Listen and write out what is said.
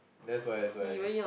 that's why that's why